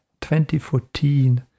2014